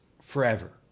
forever